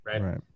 Right